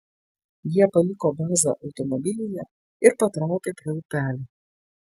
jie paliko bazą automobilyje ir patraukė prie upelio